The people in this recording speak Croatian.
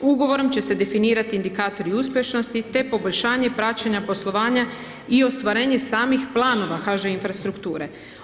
Ugovorom će se definirati indikatori uspješnosti te poboljšanje praćenja poslovanja i ostvarenja samih planova HŽ Infrastrukture.